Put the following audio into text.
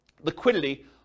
liquidity